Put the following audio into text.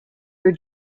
your